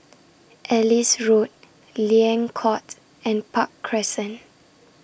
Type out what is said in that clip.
Ellis Road Liang Court and Park Crescent